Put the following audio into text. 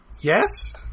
Yes